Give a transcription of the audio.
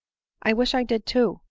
i wish i did too,